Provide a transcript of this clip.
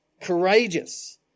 courageous